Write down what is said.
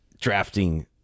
drafting